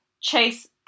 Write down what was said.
Chase